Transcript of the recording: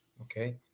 Okay